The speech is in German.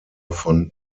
von